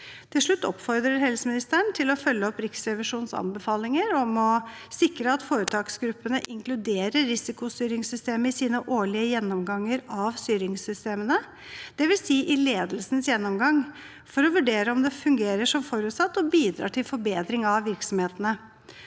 Til slutt oppfordrer jeg helseministeren til å følge opp Riksrevisjonens anbefalinger om å sikre at foretaksgruppene inkluderer risikostyringssystemet i sine årlige gjennomganger av styringssystemene, dvs. i ledelsens gjennomgang, for å vurdere om det fungerer som forutsatt og bidrar til forbedring av virksomhetene,